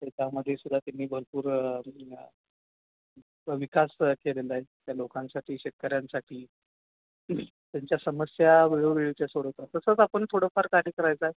गावामध्ये सुद्धा त्यांनी भरपूर विकास केलेला आहे त्या लोकांसाठी शेतकऱ्यांसाठी त्यांच्या समस्या वेळोवेळच्या सोडवतात तसंच आपण थोडंफार कार्य करायचं आहे